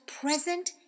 present